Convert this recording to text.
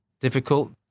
difficult